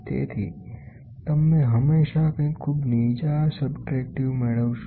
તેથી તમે હંમેશાં કંઈક ખૂબ નીચા સબટ્રેક્ટિવ મેળવશો